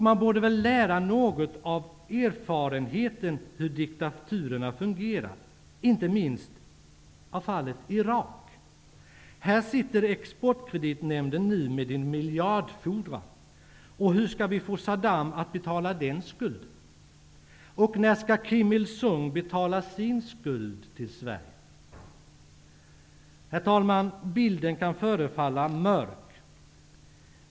Man borde väl lära något av erfarenheten hur diktaturerna fungerar, inte minst av fallet Irak. Här sitter nu Exportkreditnämnden med en miljardfordran. Hur skall vi få Saddam att betala den skulden? Och när skall Kim Il Sung betala sin skuld till Sverige? Herr talman! Bilden kan förefalla mörk.